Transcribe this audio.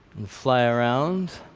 and fly around.